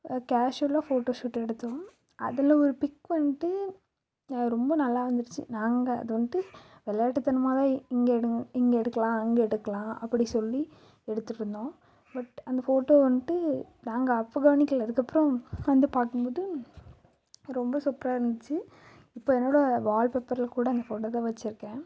கேஷுவலாக photo shoot எடுத்தோம் அதில் ஒரு பிக் வந்துட்டு அது ரொம்ப நல்லா வந்துடுச்சி நாங்கள் அது வந்துட்டு விளையாட்டுத்தனமா தான் இங்கே எடுங் இங்கே எடுக்கலாம் அங்கே எடுக்கலாம் அப்படி சொல்லி எடுத்துட்டுருந்தோம் பட் அந்த ஃபோட்டோ வந்துட்டு நாங்கள் அப்போ கவனிக்கல அதுக்கப்பறம் வந்து பார்க்கும்போது ரொம்ப சூப்பராக இருந்துச்சி இப்போ என்னோட வால் பேப்பரில் கூட அந்த ஃபோட்டோ தான் வச்சிருக்கேன்